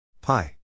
pi